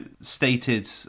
stated